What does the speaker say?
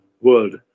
world